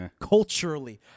Culturally